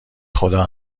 خدا